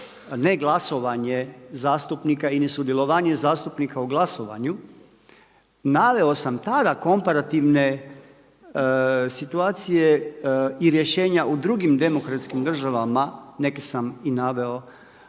ne glasovanje zastupnika ili sudjelovanje zastupnika u glasovanju. Naveo sam tada komparativne situacije i rješenja u drugim demokratskim državama, neke sam i naveo